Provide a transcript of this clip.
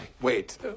Wait